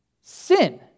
sin